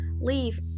leave